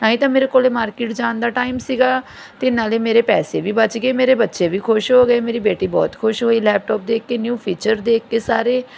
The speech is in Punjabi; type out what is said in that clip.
ਨਾ ਹੀ ਤਾਂ ਮੇਰੇ ਕੋਲ ਮਾਰਕੀਟ ਜਾਣ ਦਾ ਟਾਈਮ ਸੀਗਾ ਅਤੇ ਨਾਲੇ ਮੇਰੇ ਪੈਸੇ ਵੀ ਬਚ ਗਏ ਮੇਰੇ ਬੱਚੇ ਵੀ ਖੁਸ਼ ਹੋ ਗਏ ਮੇਰੀ ਬੇਟੀ ਬਹੁਤ ਖੁਸ਼ ਹੋਈ ਲੈਪਟਾਪ ਦੇਖ ਕੇ ਨਿਊ ਫੀਚਰ ਦੇਖ ਕੇ ਸਾਰੇ